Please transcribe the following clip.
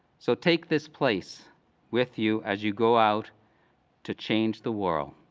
so take this place with you as you go out to change the world.